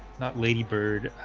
not lady bird.